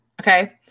Okay